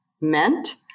meant